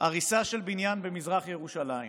הריסה של בניין במזרח ירושלים